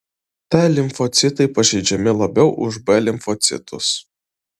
t limfocitai pažeidžiami labiau už b limfocitus